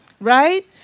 Right